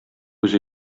үзе